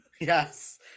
yes